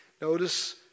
Notice